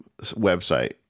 website